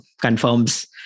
confirms